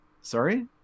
Sorry